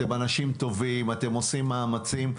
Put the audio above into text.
אתם אנשים טובים, אתם עושים מאמצים.